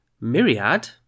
Myriad